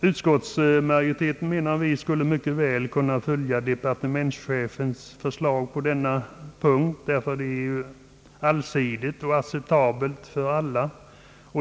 Utskottsmajoriteten menar att vi mycket väl kan följa departementschefens förslag på denna punkt, eftersom det är allsidigt och acceptabelt för alla.